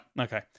okay